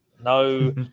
no